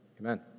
Amen